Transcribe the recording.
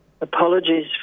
apologies